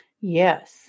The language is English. Yes